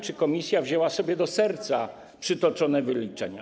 Czy komisja wzięła sobie do serca przytoczone wyliczenia?